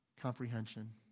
comprehension